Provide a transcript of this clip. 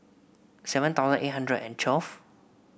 seven thousand eight hundred and twelve